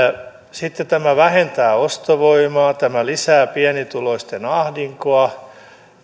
sitten tämä vähentää ostovoimaa tämä lisää pienituloisten ahdinkoa